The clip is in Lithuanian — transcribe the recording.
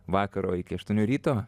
vakaro iki aštuonių ryto